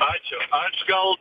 ačiū aš gal